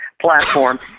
platform